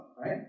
Right